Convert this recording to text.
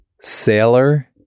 sailor